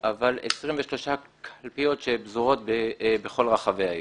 אבל 23 קלפיות שפזורות בכל רחבי העיר.